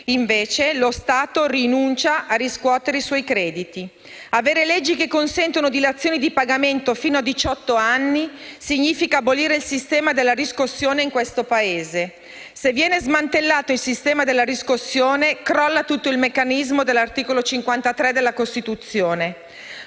invece, rinuncia a riscuotere i suoi crediti. Avere leggi che consentono dilazioni di pagamento fino a diciotto anni, significa abolire il sistema della riscossione in questo Paese. Se viene smantellato il sistema della riscossione, crolla tutto il meccanismo di cui all'articolo 53 della Costituzione.